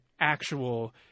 actual